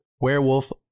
Werewolf